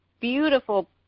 beautiful